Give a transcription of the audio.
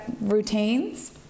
routines